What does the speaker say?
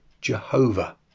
Jehovah